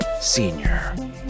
Senior